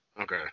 Okay